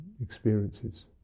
experiences